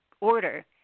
order